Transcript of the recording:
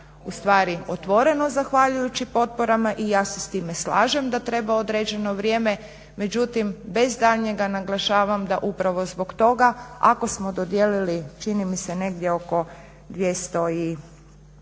ustvari otvoreno zahvaljujući potporama i ja se s time slažem da treba određeno vrijeme, međutim bez daljnjega naglašavam da upravo zbog toga ako smo dodijelili čini mi se negdje oko 243